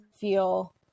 feel